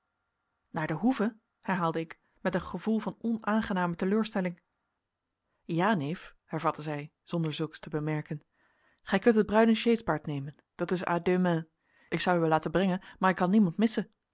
naar de hoeve herhaalde ik met een gevoel van onaangename teleurstelling ja neef hervatte zij zonder zulks te bemerken gij kunt het bruine sjeespaard nemen dat is à deux mains ik zou u wel laten brengen maar ik kan niemand missen